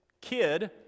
kid